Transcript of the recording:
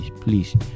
please